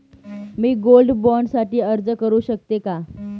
मी gold bond साठी अर्ज करु शकते का?